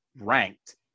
ranked